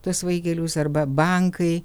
tuos vaikelius arba bankai